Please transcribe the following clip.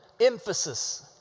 emphasis